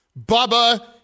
Bubba